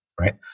Right